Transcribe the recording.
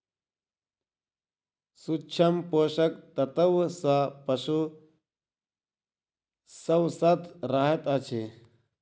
सूक्ष्म पोषक तत्व सॅ पशु स्वस्थ रहैत अछि